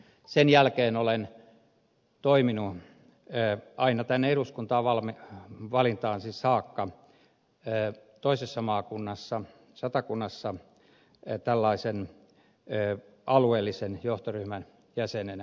sen jälkeen olen toiminut aina tänne eduskuntaan valintaani saakka toisessa maakunnassa satakunnassa tällaisen alueellisen johtoryhmän jäsenenä